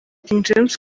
james